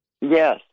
Yes